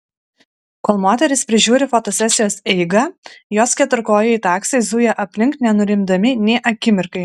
kol moteris prižiūri fotosesijos eigą jos keturkojai taksai zuja aplink nenurimdami nė akimirkai